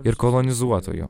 ir kolonizuotojų